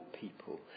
people